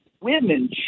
Women